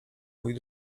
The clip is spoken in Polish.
mój